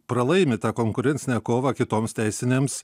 pralaimi konkurencinę kovą kitoms teisinėms